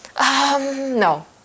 no